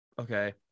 Okay